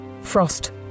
Frost